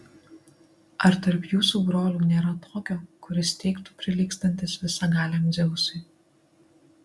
ar tarp jūsų brolių nėra tokio kuris teigtų prilygstantis visagaliam dzeusui